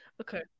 Okay